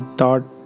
thought